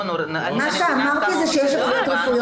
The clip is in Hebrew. מה שאמרתי זה שיש התוויות רפואיות